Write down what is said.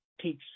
teach